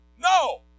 No